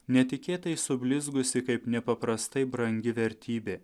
netikėtai sublizgusi kaip nepaprastai brangi vertybė